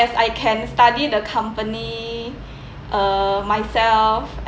I can study the company uh myself